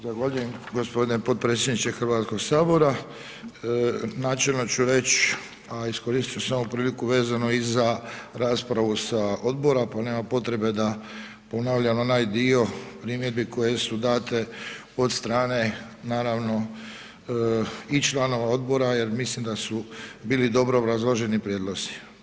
Zahvaljujem gospodine potpredsjedniče Hrvatskog sabora, načelno ću reć, a iskoristit ću samo priliku vezano i za raspravu sa odbora pa nema potrebe da ponavljam onaj dio primjedbi koje su date od strane naravno i članova odbora jer mislim da su bili dobro obrazloženi prijedlozi.